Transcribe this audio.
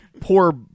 poor